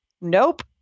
Nope